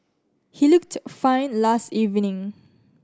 he looked fine last evening